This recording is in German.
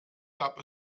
gab